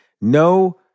No